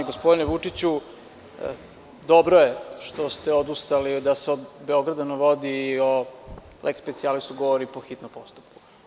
Gospodine Vučiću, dobro je što ste odustali da se o „Beogradu na vodi“ i o leks specijalisu govori po hitnom postupku.